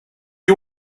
you